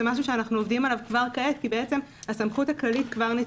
זה משהו שאנחנו עובדים עליו כבר כעת כי בעצם הסמכות הכללית כבר נתונה.